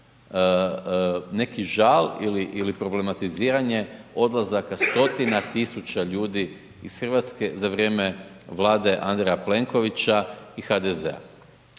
neki žal ili problematiziranje odlazaka stotina tisuća ljudi iz Hrvatske za vrijeme Vlade Andreja Plenkovića i HDZ-a.